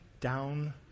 down